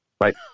right